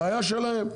בעיה שלהם,